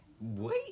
Wait